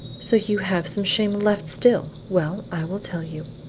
so you have some shame left still! well, i will tell you.